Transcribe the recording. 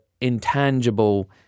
intangible